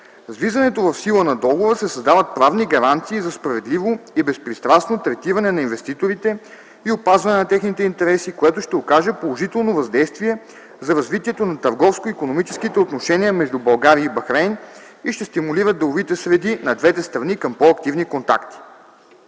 влизането в сила на договора се създават правни гаранции за справедливо и безпристрастно третиране на инвеститорите и опазване на техните интереси, което ще окаже положително въздействие за развитието на търговско-икономическите отношения между България и Бахрейн и ще стимулира деловите среди на двете страни към по-активни контакти.